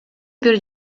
бир